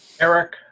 Eric